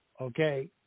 Okay